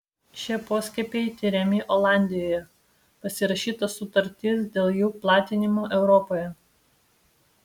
šie poskiepiai tiriami olandijoje pasirašyta sutartis dėl jų platinimo europoje